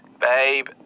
Babe